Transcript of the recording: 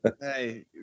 Hey